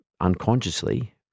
unconsciously